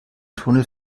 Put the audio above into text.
tunnel